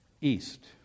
east